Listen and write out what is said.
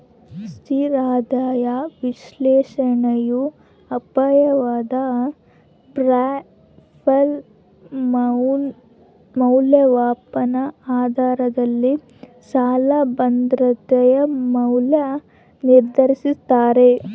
ಸ್ಥಿರ ಆದಾಯ ವಿಶ್ಲೇಷಣೆಯು ಅಪಾಯದ ಪ್ರೊಫೈಲ್ ಮೌಲ್ಯಮಾಪನ ಆಧಾರದಲ್ಲಿ ಸಾಲ ಭದ್ರತೆಯ ಮೌಲ್ಯ ನಿರ್ಧರಿಸ್ತಾರ